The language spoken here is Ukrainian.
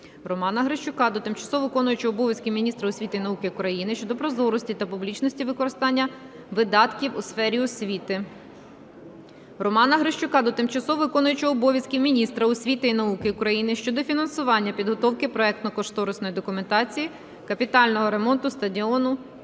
Романа Грищука до тимчасово виконуючого обов'язки міністра освіти і науки України щодо прозорості та публічності використання видатків у сфері освіти. Романа Грищука до тимчасово виконуючого обов'язки міністра освіти і науки України щодо фінансування підготовки проектно-кошторисної документації капітального ремонту стадіону